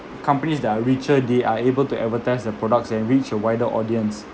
companies that are richer they are able to advertise their products and reach a wider audience